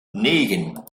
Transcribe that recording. negen